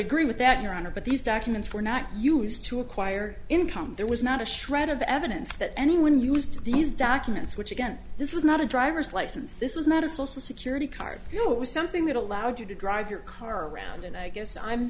agree with that your honor but these documents were not used to acquire income there was not a shred of evidence that anyone used these documents which again this was not a driver's license this was not a social security card you know it was something that allowed you to drive your car around and i guess i'm